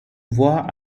voie